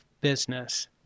business